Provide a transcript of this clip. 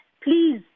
please